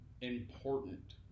Important